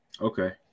Okay